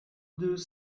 deux